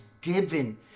given